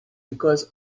because